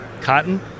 cotton